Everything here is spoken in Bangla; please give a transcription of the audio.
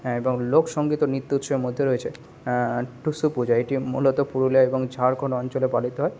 হ্যাঁ এবং লোকসঙ্গীত ও নৃত্য উৎসবের মধ্যে রয়েছে টুসু পূজা এটি মূলত পুরুলিয়া এবং ঝাড়খন্ড অঞ্চলে পালিত হয়